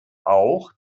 auch